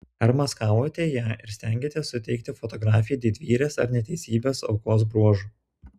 ar maskavote ją ir stengėtės suteikti fotografei didvyrės arba neteisybės aukos bruožų